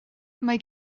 mae